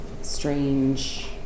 strange